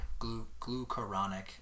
glucuronic